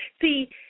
See